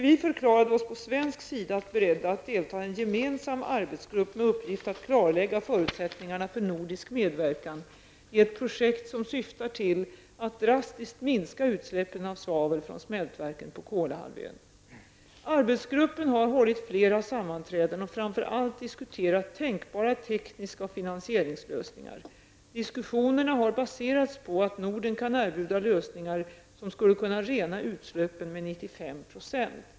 Vi förklarade oss på svensk sida beredda att delta i en gemensam arbetsgrupp med uppgift att klarlägga förutsättningarna för nordisk medverkan i ett projekt som syftar till att drastiskt minska utsläppen av svavel från smältverken på Arbetsgruppen har hållit flera sammanträden och framför allt diskuterat tänkbara tekniska lösningar och finansieringslösningar. Diskussionerna har baserats på att Norden kan erbjuda lösningar som skulle kunna rena utsläppen med 95 %.